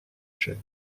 chers